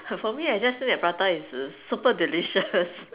for me I just think that prata is err super delicious